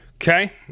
Okay